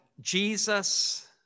Jesus